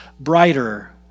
Brighter